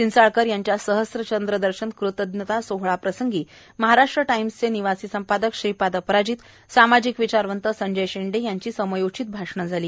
चिंचाळकर यांच्या सहस्त्रचंद्रदर्शन कृतज्ञता सोहळा प्रसंगी महाराष्ट्रचे टाइम्सचे निवासी संपादक श्रीपाद अपराजित सामाजिक विचारवंत संजय शेंडे यांची समयोचित भाषणे झाली